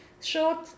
short